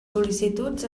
sol·licituds